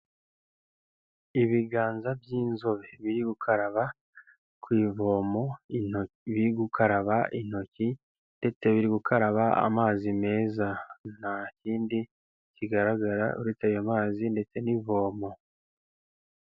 Ibiganza by'inzobe biri gukaraba ku ivomo, biri gukaraba intoki, ndetse biri gukaraba amazi meza, nta kindi kigaragara uretse ayo mazi ndetse n'ivomo.